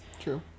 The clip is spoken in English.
True